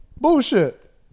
Bullshit